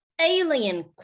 alien